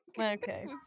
Okay